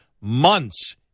months